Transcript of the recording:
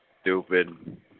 stupid